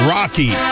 Rocky